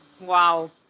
Wow